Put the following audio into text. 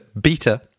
beta